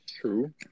true